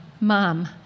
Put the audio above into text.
Mom